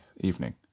evening